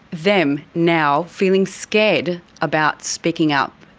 them now feeling scared about speaking up?